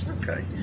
Okay